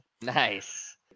Nice